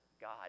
God